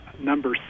number